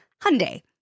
Hyundai